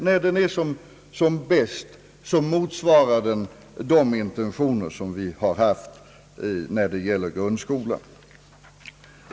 När den är som bäst motsvarar Montessorimetodiken de intentioner som vi har haft när det gäller grundskolan.